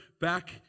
back